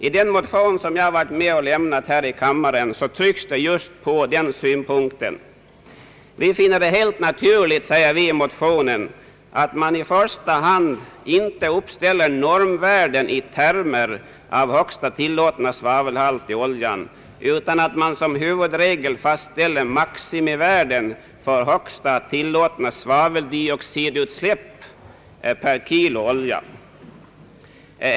I den motion som jag varit med om att lämna här i kammaren trycks det just på den synpunkten. Vi finner det helt naturligt, säger vi i motionen, att man i första hand inte uppställer normvärden i termer av högsta tillåtna svavelhalt i oljan, utan att man som huvudregel fastställer maximivärden för högsta tillåtna svaveldioxidutsläpp per kilogram olja.